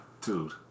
dude